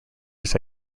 was